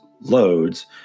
loads